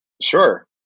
Sure